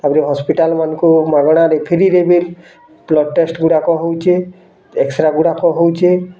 ତାପରେ ହସ୍ପିଟାଲ୍ମାନଙ୍କୁ ମାଗଣା ଫ୍ରିରେ ବି ବ୍ଲଡ଼୍ ଟେଷ୍ଟ୍ଗୁଡ଼ାକ ହଉଛେ ଏକ୍ସରାଗୁଡ଼ାକ ହଉଛେ